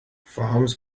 farms